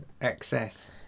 Excess